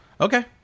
Okay